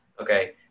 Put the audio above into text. Okay